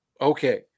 Okay